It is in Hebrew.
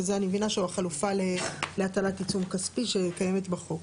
שזה אני מבינה שהוא החלופה להטלת עיצום כספי שקיימת בחוק.